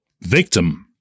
victim –